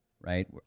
right